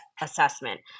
assessment